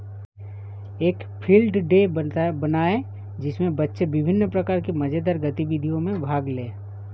एक field day बनाएं जिसमें बच्चे विभिन्न प्रकार की मजेदार गतिविधियों में भाग लें